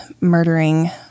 murdering